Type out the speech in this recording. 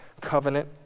covenant